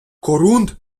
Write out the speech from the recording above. корунд